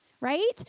right